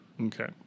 Okay